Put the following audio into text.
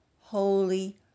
holy